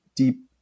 deep